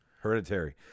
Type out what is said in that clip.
hereditary